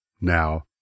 Now